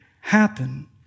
happen